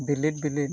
ᱵᱤᱞᱤᱫᱼᱵᱤᱞᱤᱫ